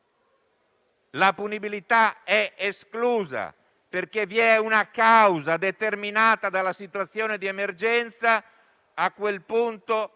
la punibilità è esclusa, perché vi è una causa determinata dalla situazione di emergenza, a quel punto la